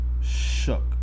shook